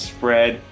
Spread